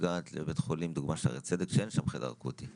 אליו אחרי השעה 16:00. גם עכשיו יש לנו הקלטות נוספות.